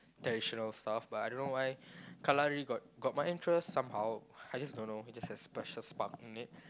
traditional stuff but I don't know why kalari got got my interest somehow I just don't know it just had special spark in me